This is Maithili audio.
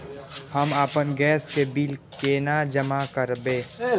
हम आपन गैस के बिल केना जमा करबे?